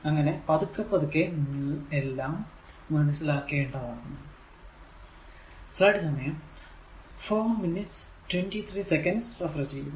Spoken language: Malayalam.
അങ്ങനെ പതുക്കെ നിങ്ങൾ എല്ലാം മനസ്സിലാക്കേണ്ടതാകുന്നു